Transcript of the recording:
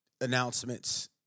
announcements